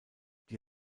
die